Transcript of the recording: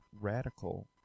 radical